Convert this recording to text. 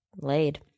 laid